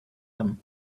them